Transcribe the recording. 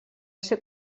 ser